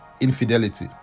infidelity